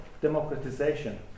democratization